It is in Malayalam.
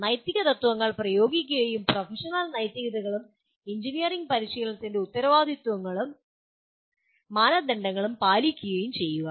നൈതികതത്ത്വങ്ങൾ പ്രയോഗിക്കുകയും പ്രൊഫഷണൽ നൈതികതകളും എഞ്ചിനീയറിംഗ് പരിശീലനത്തിന്റെ ഉത്തരവാദിത്വങ്ങളും മാനദണ്ഡങ്ങളും പാലിക്കുകയും ചെയ്യുക